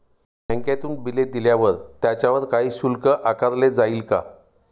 बँकेतून बिले दिल्यावर त्याच्यावर काही शुल्क आकारले जाईल का?